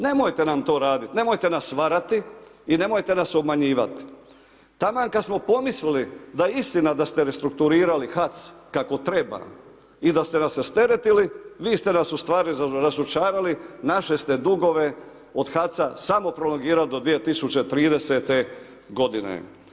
Nemojte nam to raditi, nemojte nas varati i nemojte nas obmanjivat taman kad smo pomislili da je istina da ste restrukturirali HAC kako treba i da ste nas rasteretili vi ste nas u stvari razočarali naše ste dugove od HAC-a samo prolongirali do 2030. godine.